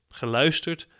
geluisterd